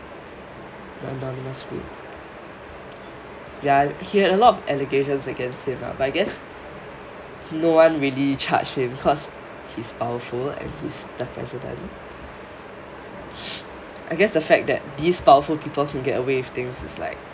anonymous group ya he had a lot of allegations against him lah but I guess no one really charged him because he is powerful and he is the president I guess is like this powerful people can get away with things is like